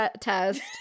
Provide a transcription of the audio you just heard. test